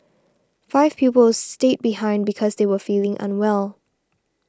five pupils stayed behind because they were feeling unwell